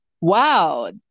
Wow